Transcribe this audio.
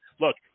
Look